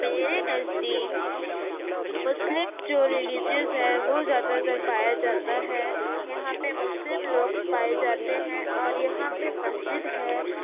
میرے نزدیک مسلم جو ریلیجئیز ہے وہ زیادہ تر پایا جاتا ہے یہاں پہ مسلم لوگ پائے جاتے ہیں اور یہاں پہ مسجد ہے